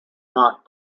not